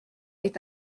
est